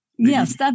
Yes